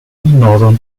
northern